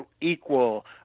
equal